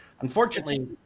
Unfortunately